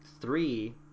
three